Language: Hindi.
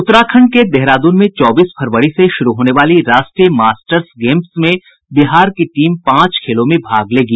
उत्तराखंड के देहरादून में चौबीस फरवरी से शुरू होने वाली राष्ट्रीय मास्टर्स गेम्स में बिहार की टीम पांच खेलों में भाग लेगी